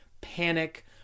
panic